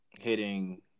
hitting